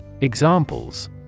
examples